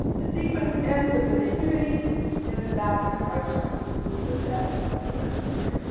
the sequence ends with the nativity and the bath of the christ child. and you can see the bed of the virgin here.